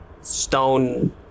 stone